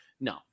No